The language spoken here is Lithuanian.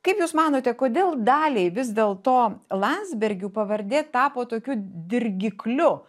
kaip jūs manote kodėl daliai vis dėlto landsbergių pavardė tapo tokiu dirgikliu